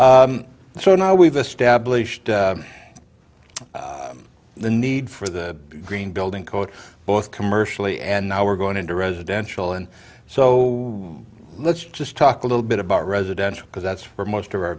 c so now we've established the need for the green building code both commercially and now we're going into residential and so let's just talk a little bit about residential because that's where most of our